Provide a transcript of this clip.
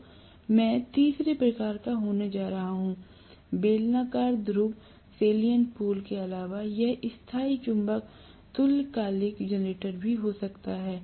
तो मैं तीसरे प्रकार का होने जा रहा हूं बेलनाकार ध्रुव सेल्यन्ट पोल के अलावा यह स्थायी चुंबक तुल्यकालिक जनरेटर हो सकता है